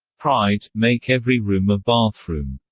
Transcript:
pride make every room a bathroom.